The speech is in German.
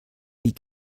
wie